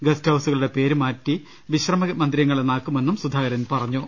ഗസ്റ്റ്ഹൌസുകളുടെ പേര് മാറ്റി വിശ്രമമന്ദിരങ്ങൾ എന്നാക്കുമെന്നും സുധാകരൻ പുറഞ്ഞു